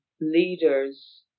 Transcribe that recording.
leaders